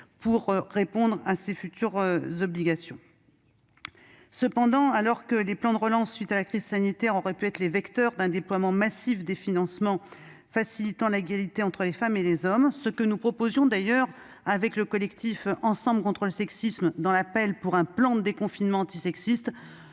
pour répondre à ces futures obligations. Cependant, alors que les plans de relance consécutifs à la crise sanitaire auraient pu être les vecteurs d'un déploiement massif de financements facilitant l'égalité entre les femmes et les hommes- ce que nous proposions d'ailleurs avec le collectif Ensemble contre le sexisme dans l'« appel des 40 pour un plan de déconfinement antisexiste